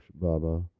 Baba